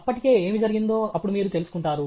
అప్పటికే ఏమి జరిగిందో అప్పుడు మీరు తెలుసుకుంటారు